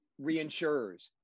reinsurers